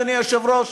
אדוני היושב-ראש,